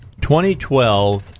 2012